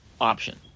option